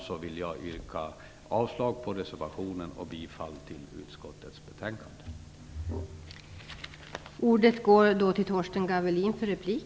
Därför vill jag yrka avslag på reservationen och bifall till utskottets hemställan i betänkandet.